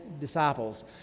disciples